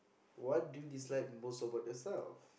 what do you dislike most about yourself